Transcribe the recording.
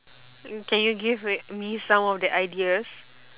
can you give me some of the ideas